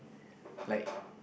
like